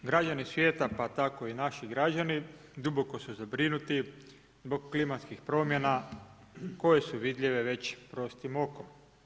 Građani svijeta pa tako i naši građani duboko su zabrinuti zbog klimatskih promjena koje su vidljive već prostim okom.